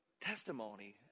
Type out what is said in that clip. testimony